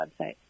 website